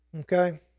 Okay